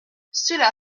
cela